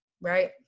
right